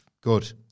good